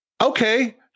Okay